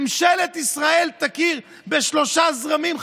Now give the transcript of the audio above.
ממשלת ישראל תכיר בשלושה זרמים,